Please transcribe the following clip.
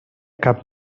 cap